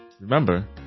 Remember